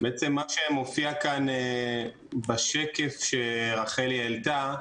לגבי מה שמופיע כאן בשקף שרחלי העלתה.